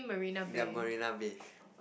they're Marina-Bay